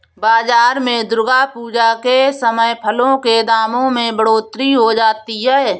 बाजार में दुर्गा पूजा के समय फलों के दामों में बढ़ोतरी हो जाती है